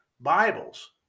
Bibles